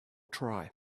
try